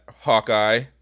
Hawkeye